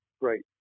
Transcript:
great